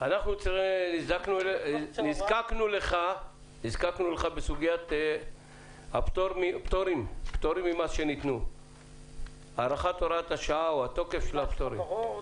אנחנו נזקקנו לך לצורך ברור מצב הארכת הוראת השעה לגבי תוקף הפטורים.